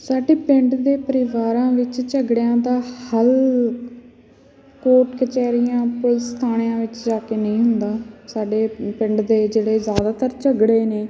ਸਾਡੇ ਪਿੰਡ ਦੇ ਪਰਿਵਾਰਾਂ ਵਿੱਚ ਝਗੜਿਆਂ ਦਾ ਹੱਲ ਕੋਟ ਕਚਹਿਰੀਆਂ ਪੁਲਿਸ ਥਾਣਿਆਂ ਵਿੱਚ ਜਾ ਕੇ ਨਹੀਂ ਹੁੰਦਾ ਸਾਡੇ ਪਿੰਡ ਦੇ ਜਿਹੜੇ ਜ਼ਿਆਦਾਤਰ ਝਗੜੇ ਨੇ